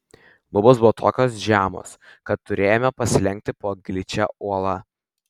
lubos buvo tokios žemos kad turėjome pasilenkti po gličia uola